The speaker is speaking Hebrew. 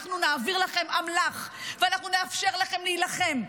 אנחנו נעביר לכם אמל"ח ואנחנו נאפשר לכם להילחם.